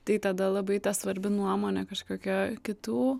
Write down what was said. tai tada labai svarbi nuomonė kažkokia kitų